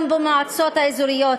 גם במועצות האזוריות,